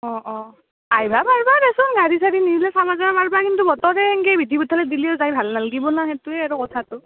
অঁ অঁ আইভা পাৰবা দেচোন গাড়ী চাড়ী নিজে চালাই আহিব পাৰবা কিন্তু বতৰে এংকে বিধি পথালি দিলে যাই ভাল নালগিব না সেইটোৱে আৰু কথাটো